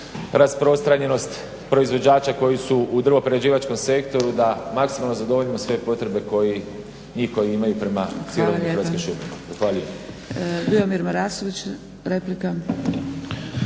rasprostranjenost proizvođača koji su u drvoprerađivačkom sektoru da maksimalno zadovoljimo svoje potrebe njih koji imaju prema … Hrvatske šume. **Zgrebec,